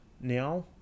now